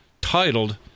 titled